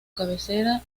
cabecera